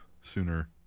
sooner